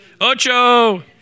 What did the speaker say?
Ocho